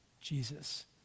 Jesus